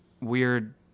weird